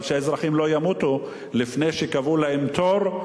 אבל שהאזרחים לא ימותו לפני שקבעו להם תור,